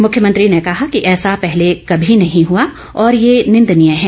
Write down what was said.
मुख्यमंत्री ने कहा कि ऐसा पहले कभी नहीं हुआ और यह निंदनीय है